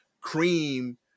cream